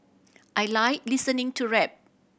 I like listening to rap